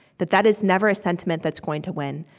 that that is never a sentiment that's going to win.